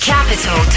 Capital